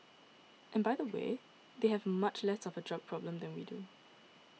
and by the way they have much less of a drug problem than we do